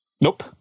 Nope